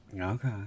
okay